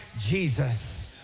Jesus